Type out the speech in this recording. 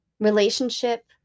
relationship